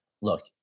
look